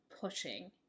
pushing